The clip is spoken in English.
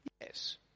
yes